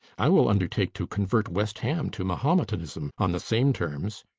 i will undertake to convert west ham to mahometanism on the same terms.